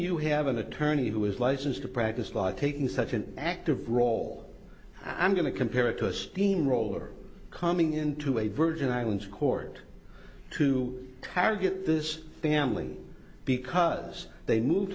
you have an attorney who is licensed to practice law taking such an active role i'm going to compare it to a steamroller coming in to a virgin islands court to target this family because they moved